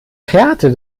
härte